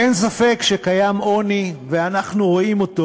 אין ספק שקיים עוני, ואנחנו רואים אותו